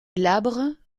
glabres